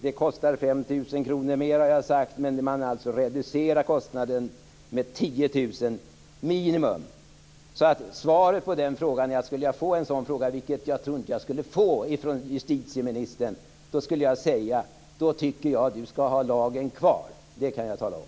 Jag har sagt att det kostar 5 000 kr mer, men man reducerar kostnaden med minst Svaret på frågan är att om jag skulle få en sådan fråga från justitieministern, vilket jag inte tror att jag skulle få, skulle jag säga: Då tycker jag att du skall ha lagen kvar. Det kan jag tala om.